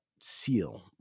seal